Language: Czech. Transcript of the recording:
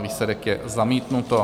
Výsledek je: zamítnuto.